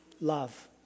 Love